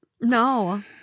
No